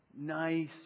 nice